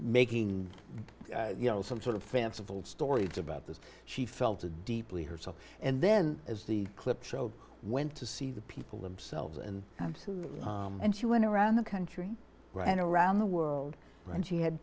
making you know some sort of fanciful stories about this she felt a deeply herself and then as the clip showed went to see the people themselves and absolutely and she went around the country and around the world and she had